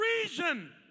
reason